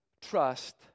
trust